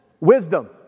Wisdom